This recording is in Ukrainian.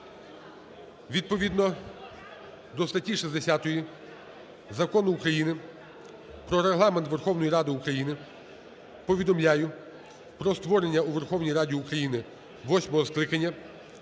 Відповідно статті 60 Закону України "Про Регламент Верховної Ради України" повідомляю про створення у Верховній Раді України восьмого скликання